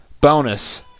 bonus